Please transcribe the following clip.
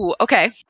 Okay